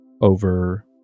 over